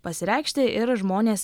pasireikšti ir žmonės